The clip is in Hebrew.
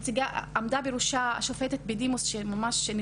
עמדה בראשה השופטת בדימוס רונית רוזנפלד,